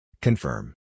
Confirm